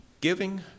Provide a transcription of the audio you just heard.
Giving